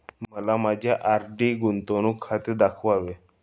मला माझे आर.डी गुंतवणूक खाते दाखवावे